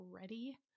ready